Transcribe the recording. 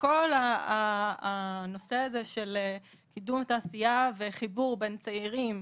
וכל הנושא הזה של קידום תעשייה וחיבור בין צעירים